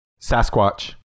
Sasquatch